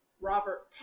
Robert